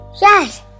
Yes